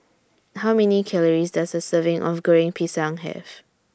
How Many Calories Does A Serving of Goreng Pisang Have